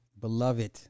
beloved